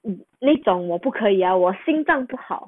mm 那种我不可 ah 我心脏不好